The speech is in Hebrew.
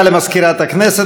תודה למזכירת הכנסת.